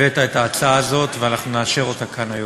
הבאת את ההצעה הזאת, ואנחנו נאשר אותה כאן היום.